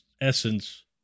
essence